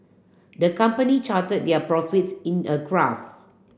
the company charted their profits in a graph